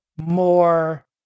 more